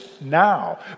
now